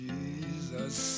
Jesus